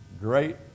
great